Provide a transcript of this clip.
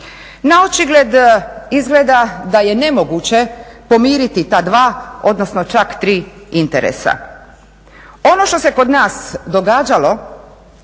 Naočigled izgleda da je nemoguće pomiriti ta dva odnosno čak tri interesa. Ono što se kod nas događalo